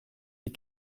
die